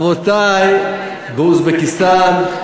אבותי באוזבקיסטן,